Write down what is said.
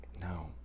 No